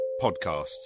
podcasts